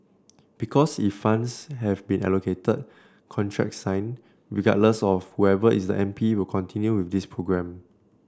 because if funds have been allocated contracts signed regardless of whoever is the M P will continue with this programme